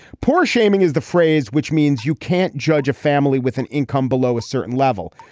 poor shaming is the phrase which means you can't judge a family with an income below a certain level.